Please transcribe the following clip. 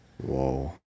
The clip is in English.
Whoa